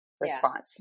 response